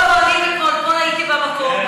אתמול הייתי במקום,